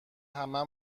همه